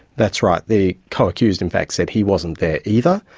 that's right. the co-accused in fact said he wasn't there either,